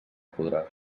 podràs